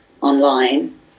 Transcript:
online